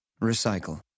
Recycle